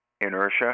Inertia